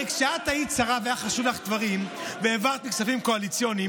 הרי כשאת היית שרה והיו חשובים לך דברים והעברת מכספים קואליציוניים,